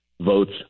votes